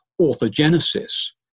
orthogenesis